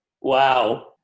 Wow